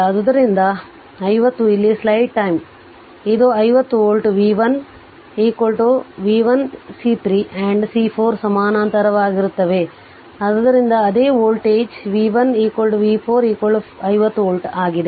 ಆದ್ದರಿಂದ 50 ಇಲ್ಲಿ slide time ಇದು 50 volt v1 an v1 C3 and c 4 ಸಮಾನಾಂತರವಾಗಿರುತ್ತವೆ ಆದ್ದರಿಂದ ಅದೇ ವೋಲ್ಟೇಜ್ v1 v 4 50 ವೋಲ್ಟ್ ಆಗಿದೆ